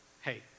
hey